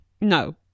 No